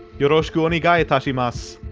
yoroshiku onegai itashimasu,